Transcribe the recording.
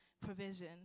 provision